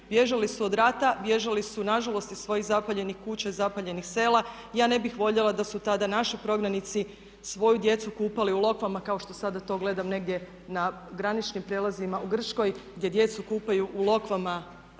bježali su od rata, bježali su nažalost iz svojih zapaljenih kuća i zapaljenih sela. Ja ne bih voljela da su tada naši prognanici svoju djecu kupali u lokvama kao što sada to gledam negdje na graničnim prijelazima u Grčkoj gdje djecu kupaju u lokvama